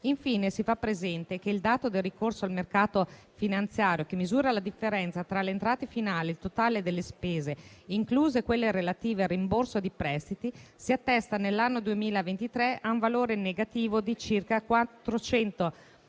Infine, si fa presente che il dato del ricorso al mercato finanziario, che misura la differenza tra le entrate finali e il totale delle spese, incluse quelle relative al rimborso di prestiti, si attesta nell'anno 2023 a un valore negativo di circa 402,5